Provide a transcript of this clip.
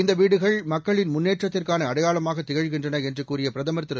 இந்த வீடுகள் மக்களின் முன்னேற்றத்திற்கான அடையாளமாக திகழ்கின்றன என்று கூறிய பிரதமர் திரு